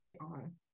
on